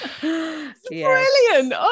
brilliant